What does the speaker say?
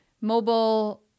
mobile